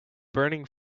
burning